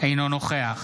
אינו נוכח